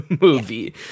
movie